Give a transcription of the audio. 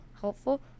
helpful